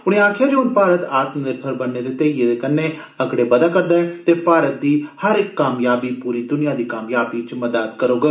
उनें गलाया जे हून भारत आत्मनिर्भर बनने दे ध्येड़ये दे कन्नै अगड़ा बधा करदा ऐ ते भारत दी हर इक कामयाबी पूरी दुनिया दी कामयाबी च मदाद करोग